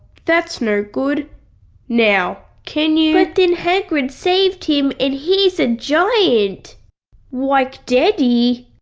that's no good now can you. but then hagrid saved him and he's a giant like daddy?